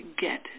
get